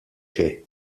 xejn